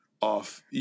off